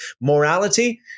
morality